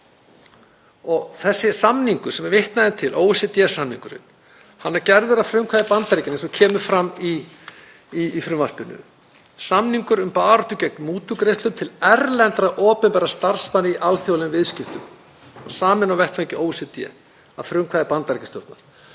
Þessi samningur sem vitnað er til, OECD-samningurinn, er gerður að frumkvæði Bandaríkjanna eins og kemur fram í frumvarpinu, samningur um baráttu gegn mútugreiðslum til erlendra opinberra starfsmanna í alþjóðlegum viðskiptum, saminn á vettvangi OECD að frumkvæði Bandaríkjastjórnar.